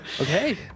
Okay